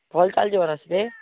ଭଲ ଚାଲଯିବ ନା ସିଏ